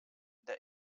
the